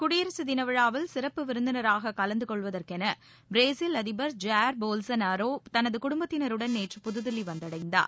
குடியரசு தின விழாவில் சிறப்பு விருந்தினராக கலந்து கொள்வதெற்கன பிரேஸில் அதிபர் ஜாயர் போல்சோநாரோ தனது குடும்பத்தினருடன் நேற்று புதுதில்லி வந்தடைந்தார்